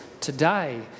today